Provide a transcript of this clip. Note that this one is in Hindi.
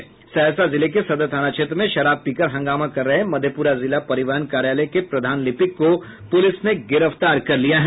सहरसा जिले के सदर थाना क्षेत्र में शराब पीकर हंगामा कर रहे मधेपुरा जिला परिवहन कार्यालय के प्रधान लिपिक को पुलिस ने गिरफ्तार कर लिया है